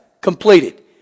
completed